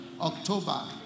October